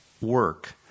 work